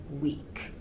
week